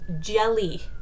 jelly